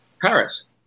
Paris